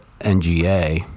NGA